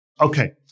Okay